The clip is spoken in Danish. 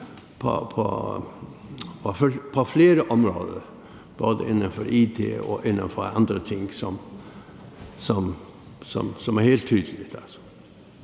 på flere områder, både inden for it og inden for andre ting, som altså er helt tydelige.